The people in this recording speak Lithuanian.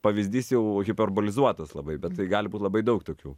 pavyzdys jau hiperbolizuotas labai bet tai gali būt labai daug tokių